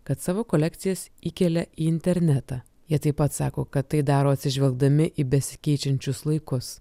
kad savo kolekcijas įkelia į internetą jie taip pat sako kad tai daro atsižvelgdami į besikeičiančius laikus